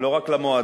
לא רק למועדים,